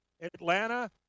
Atlanta